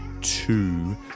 two